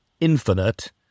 infinite